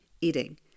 eating